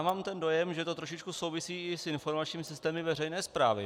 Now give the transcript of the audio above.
Mám dojem, že to trošičku souvisí i s informačními systémy veřejné správy.